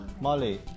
Molly